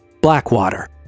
Blackwater